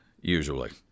usually